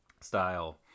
style